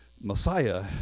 Messiah